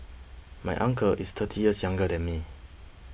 my uncle is thirty years younger than me